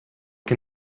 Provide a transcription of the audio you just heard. can